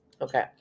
Okay